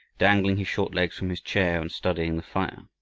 dangling his short legs from his chair, and studying the fire.